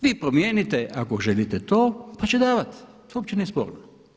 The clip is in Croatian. Vi promijenite ako želite to pa će davati to uopće nije sporno.